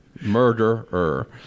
Murderer